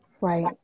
Right